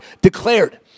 declared